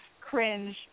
cringe